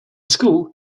school